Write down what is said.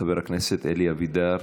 חבר הכנסת אלי אבידר,